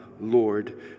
Lord